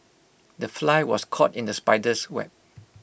the fly was caught in the spider's web